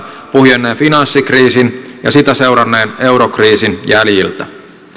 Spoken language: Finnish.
puhjenneen finanssikriisin ja sitä seuranneen eurokriisin jäljiltä